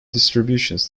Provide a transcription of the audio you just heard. distributions